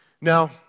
Now